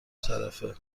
طرفه